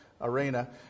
arena